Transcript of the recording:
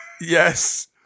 Yes